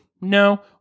No